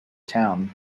town